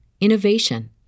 innovation